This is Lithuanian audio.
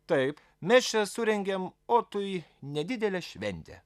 taip mes čia surengėm otui nedidelę šventę